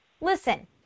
Listen